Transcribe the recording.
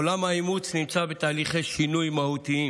עולם האימוץ נמצא בתהליכי שינויים מהותיים